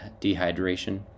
dehydration